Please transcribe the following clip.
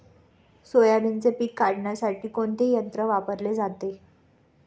सोयाबीनचे पीक काढण्यासाठी कोणते यंत्र वापरले जाते?